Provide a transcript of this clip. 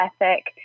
ethic